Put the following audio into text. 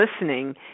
listening